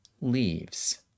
leaves